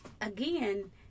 again